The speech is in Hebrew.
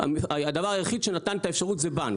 הדבר היחיד שנתן את האפשרות זה בנק,